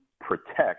protect